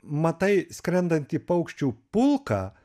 matai skrendantį paukščių pulką